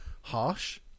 Harsh